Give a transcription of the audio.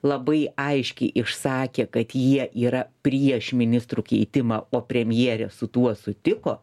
labai aiškiai išsakė kad jie yra prieš ministrų keitimą o premjerė su tuo sutiko